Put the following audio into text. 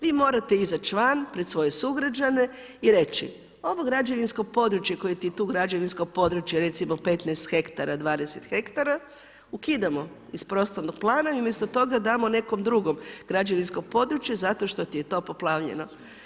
Vi morate izaći van pred svoje sugrađane i reći, ovo građevinsko područje koje ti tu građevinsko područje recimo 15, 20 hektara ukidamo iz prostornog plana i umjesto toga damo nekom drugom građevinsko područje zato što ti je to poplavljeno.